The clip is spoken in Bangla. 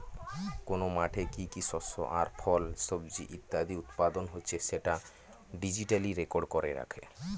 কোন মাঠে কি কি শস্য আর ফল, সবজি ইত্যাদি উৎপাদন হচ্ছে সেটা ডিজিটালি রেকর্ড করে রাখে